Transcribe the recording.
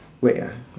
wait ah